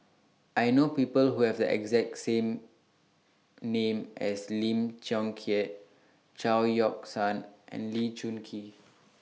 I know People Who Have The exact same name as Lim Chong Keat Chao Yoke San and Lee Choon Kee